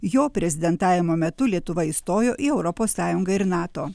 jo prezidentavimo metu lietuva įstojo į europos sąjungą ir nato